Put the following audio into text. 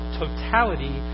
totality